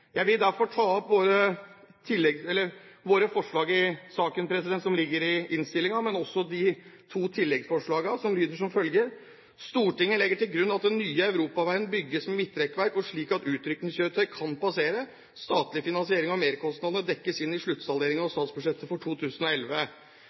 Jeg vil derfor ta opp våre forslag i sakene samt referere de to tilleggsforslagene våre i sak nr. 11. Forslag nr. 2 lyder som følger: «Stortinget legger til grunn at den nye europaveien bygges med midtrekkverk og slik at utrykningskjøretøy kan passere. Statlig finansiering av merkostnadene dekkes inn i sluttsalderingen av statsbudsjettet for 2011.» Og